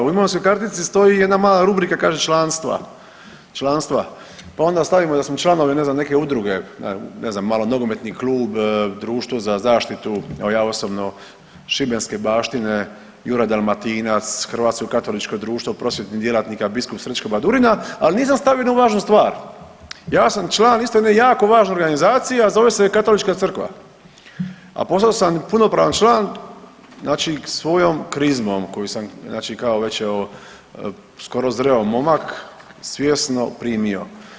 U imovinskoj kartici stoji jedna mala rubrika kaže članstva, članstva, pa onda stavimo da smo članovi ne znam neke udrugene znam malonogometni klub, Društvo za zaštitu evo ja osobno šibenske baštine Juraj Dalmatinac, Hrvatsko katoličko društvo prosvjetnih djelatnika biskup Srećko Badurina, ali nisam stavio jednu važnu stvar, ja sam član isto jedne jako važne organizacije, a zove se Katolička crkva, a postao sam punopravan član znači svojom krizmom koju sam kao već evo skoro zreo momak svjesno primio.